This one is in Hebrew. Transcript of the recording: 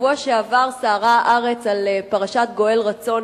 בשבוע שעבר סערה הארץ על פרשת גואל רצון,